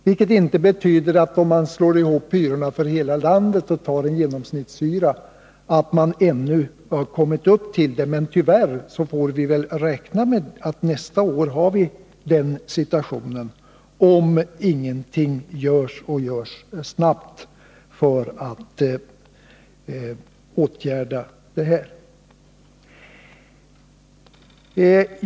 Men det betyder inte, att man, om vi slår ihop hyrorna för hela landet och beräknar en genomsnittshyra, ännu har kommit upp till den nivån. Men tyvärr får vi väl räkna med att vi nästa år har den situationen, om ingenting görs — och görs snabbt — för att åtgärda det här problemet.